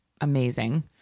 amazing